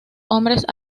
hombres